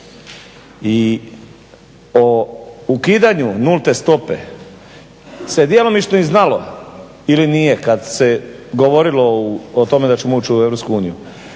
I po ukidanju nulte stope se djelomično i znalo ili nije kad se govorilo o tome da ćemo ući u EU.